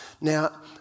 Now